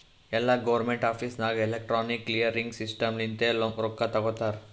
ಎಲ್ಲಾ government office ನಾಗ್ electronic clearing system ಲಿಂತೆ ರೊಕ್ಕಾ ತೊಗೋತಾರ